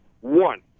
One